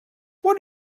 what